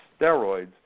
steroids